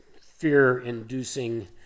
fear-inducing